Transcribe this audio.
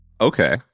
Okay